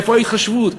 איפה ההתחשבות?